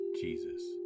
Jesus